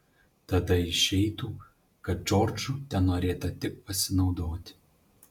tada išeitų kad džordžu tenorėta tik pasinaudoti